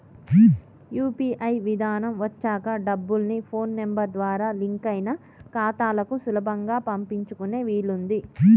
UPI విధానం వచ్చాక డబ్బుల్ని ఫోన్ నెంబర్ ద్వారా లింక్ అయిన ఖాతాలకు సులభంగా పంపించుకునే వీలుంది